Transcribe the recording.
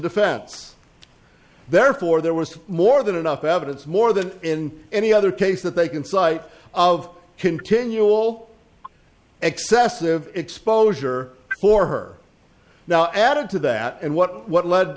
defense therefore there was more than enough evidence more than in any other case that they can cite of continual excessive exposure for her now added to that and what what led